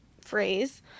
phrase